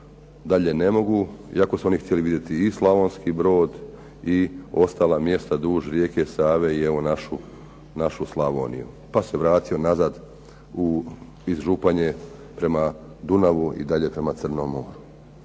dalje ne mogu, iako su oni htjeli vidjeti i Slavonski Brod i ostala mjesta duž rijeke Save i evo našu Slavoniju, pa se vratio nazad iz Županje prema Dunavu i dalje prema Crnom moru.